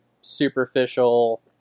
superficial